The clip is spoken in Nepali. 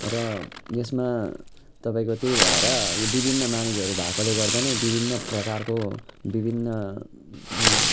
र यसमा तपाईँको त्यही भएर यो विभिन्न मानिसहरू भएकोले गर्दा नै विभिन्न प्रकारको विभिन्न